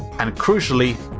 and crucially,